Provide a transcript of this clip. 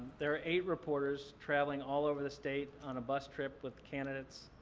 there are eight reporters traveling all over the state on a bus trip with candidates.